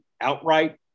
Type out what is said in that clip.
outright